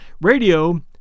Radio